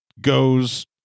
goes